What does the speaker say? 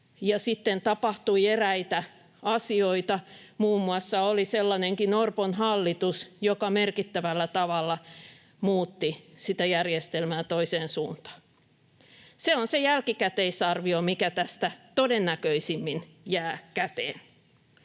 sitten tapahtui eräitä asioita, oli muun muassa sellainenkin Orpon hallitus, joka merkittävällä tavalla muutti sitä järjestelmää toiseen suuntaan. Se on se jälkikäteisarvio, mikä tästä todennäköisimmin jää käteen.